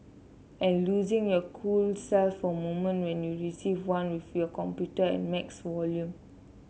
and losing your cool self for a moment when you receive one with your computer at max volume